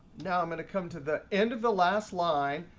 now i'm going to come to the end of the last line,